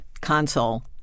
console